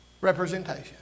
representation